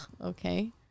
okay